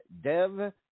dev